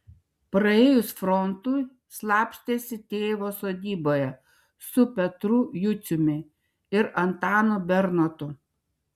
praėjus frontui slapstėsi tėvo sodyboje su petru juciumi ir antanu bernotu